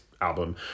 album